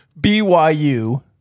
BYU